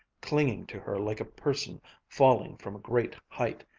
clinging to her like a person falling from a great height,